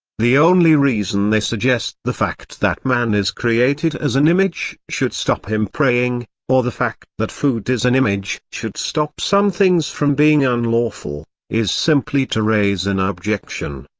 the only reason they suggest the fact that man is created as an image should stop him praying, or the fact that food is an image should stop some things from being unlawful, is simply to raise an objection,